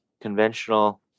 conventional